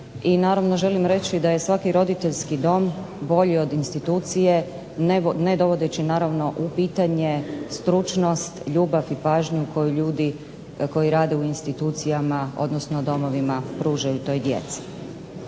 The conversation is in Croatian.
I naravno želim reći da je svaki roditeljski dom bolji od institucije, ne dovodeći naravno u pitanje stručnost, ljubav i pažnju koju ljudi koji rade u institucijama, odnosno domovima pružaju toj djeci.